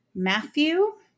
Matthew